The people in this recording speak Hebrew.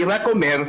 אני רק אומר,